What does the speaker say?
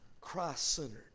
Christ-centered